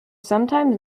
sometimes